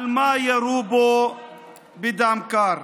על מה ירו בו בדם קר?